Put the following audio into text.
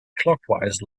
clockwise